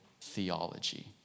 theology